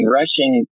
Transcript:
rushing